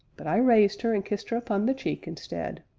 but i raised her and kissed her upon the cheek, instead.